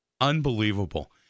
Unbelievable